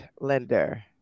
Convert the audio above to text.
lender